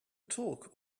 talk